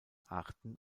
arten